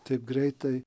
taip greitai